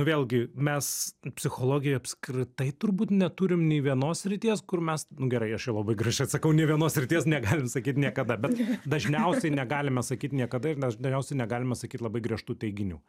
vėlgi mes psichologijoj apskritai turbūt neturim nei vienos srities kur mes nu gerai aš jau labai gražiai atsakau ne vienos srities negali sakyt niekada bet dažniausiai negalime sakyt niekada ir dažniausiai negalime sakyt labai griežtų teiginių